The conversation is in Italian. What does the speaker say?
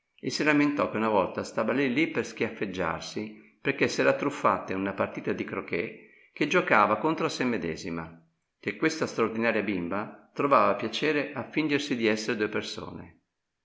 e si rammentò che una volta stava lì lì per schiaffeggiarsi perchè s'era truffata in una partita di croquet che giuocava contro a sè medesima che questa straordinaria bimba trovava piacere a fingersi di essere due persone